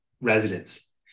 residents